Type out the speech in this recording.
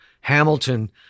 Hamilton